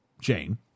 Jane